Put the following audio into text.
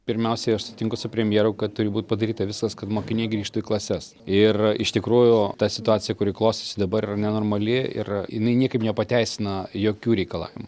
pirmiausiai aš sutinku su premjeru kad turi būti padaryta visas kad mokiniai grįžtų į klases ir iš tikrųjų ta situacija kuri klostėsi dabar nenormali yra jinai niekaip nepateisina jokių reikalavimų